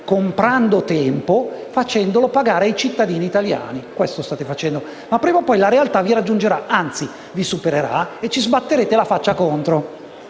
comprando tempo, facendolo pagare ai cittadini italiani. Questo è quanto state facendo. Ma prima o poi la realtà vi raggiungerà, anzi vi supererà, e ci sbatterete la faccia contro.